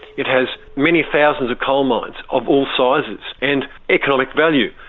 it has many thousands of coal mines of all sizes and economic value.